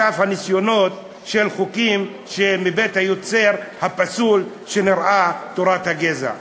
שפן הניסיונות של חוקים שהם מבית היוצר הפסול שנקרא תורת הגזע.